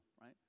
right